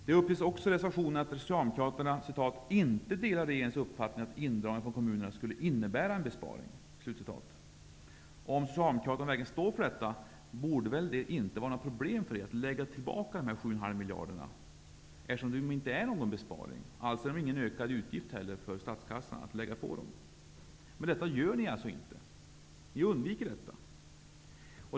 Det uppges också i reservationen att socialdemokraterna inte delar regeringens uppfattning att indragningen från kommunerna skulle innebära en besparing. Om socialdemokraterna verkligen står för detta borde det väl inte vara några problem för er att lägga tillbaka dessa 7,5 miljarder kronor, eftersom de, enligt er uppfattning, inte är någon besparing; alltså innebär det heller inte någon ökad utgift för statskassan att lägga på dem. Detta undviker ni.